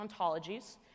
ontologies